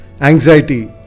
Anxiety